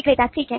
विक्रेता ठीक है